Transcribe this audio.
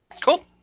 Cool